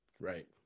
Right